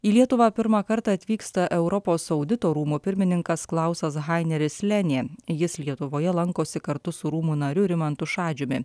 į lietuvą pirmą kartą atvyksta europos audito rūmų pirmininkas klausas haineris lenė jis lietuvoje lankosi kartu su rūmų nariu rimantu šadžiumi